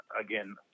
again